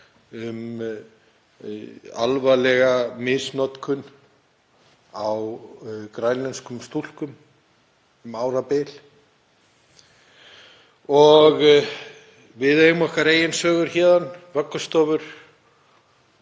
um alvarlega misnotkun á grænlenskum stúlkum um árabil. Við eigum okkar eigin sögur héðan, um vöggustofur